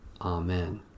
Amen